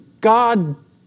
God